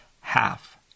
half